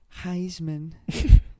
Heisman